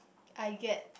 I get